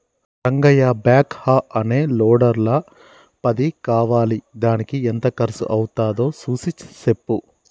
Rangayya backhoe అనే లోడర్ల పది కావాలిదానికి ఎంత కర్సు అవ్వుతాదో సూసి సెప్పు